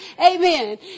Amen